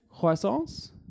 croissance